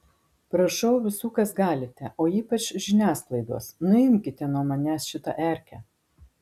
prašau visų kas galite o ypač žiniasklaidos nuimkite nuo manęs šitą erkę